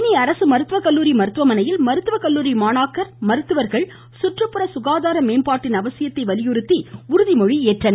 தேனி அரசு மருத்துவக் கல்லூரி மருத்துவமனையில் மருத்துவக் கல்லூரி மாணாக்கர் மற்றும் மருத்துவர்கள் குற்றுப்புற குகாதார மேம்பாட்டின் அவசியத்தை வலியுறுத்தி உறுதிமொழி எடுத்துக் கொண்டனர்